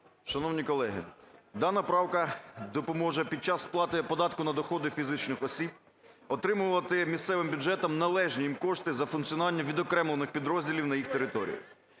Шановні колеги, дана правка допоможе під час сплати податку на доходи фізичних осіб отримувати місцевим бюджетам належні їм кошти за функціонування відокремлених підрозділів на їх території.